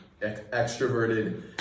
extroverted